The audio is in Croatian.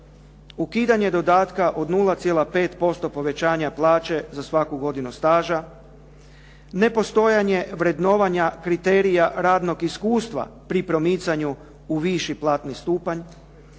ukidanje dodatka od 0,5% povećanja plaće za svaku godinu staža, nepostojanje vrednovanja kriterija radnog iskustva pri promicanju u viši platni stupanj,